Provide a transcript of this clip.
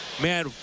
Man